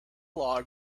log